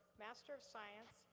master of science,